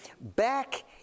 back